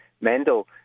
Mendel